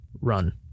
run